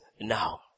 now